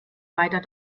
weiter